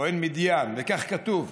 כוהן מדיין, וכך כתוב: